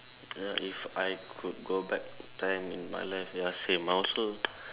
uh if I could go back in time in my life ya same I also